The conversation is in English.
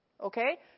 Okay